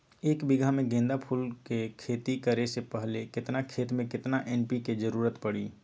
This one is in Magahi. एक बीघा में गेंदा फूल के खेती करे से पहले केतना खेत में केतना एन.पी.के के जरूरत परी?